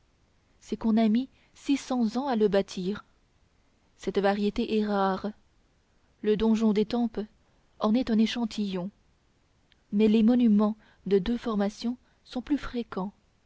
c'est qu'on a mis six cents ans à le bâtir cette variété est rare le donjon d'étampes en est un échantillon mais les monuments de deux formations sont plus fréquents